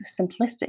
simplistic